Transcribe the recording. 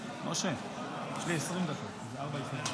היושב בראש, חברותיי וחבריי לכנסת, אזרחי ישראל,